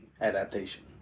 adaptation